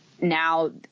now